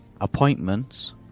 appointments